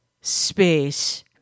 space